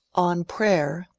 on prayer,